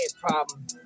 problem